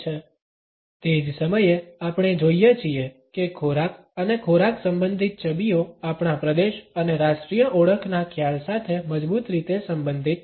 1206 તે જ સમયે આપણે જોઈએ છીએ કે ખોરાક અને ખોરાક સંબંધિત છબીઓ આપણા પ્રદેશ અને રાષ્ટ્રીય ઓળખના ખ્યાલ સાથે મજબૂત રીતે સંબંધિત છે